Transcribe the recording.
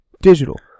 digital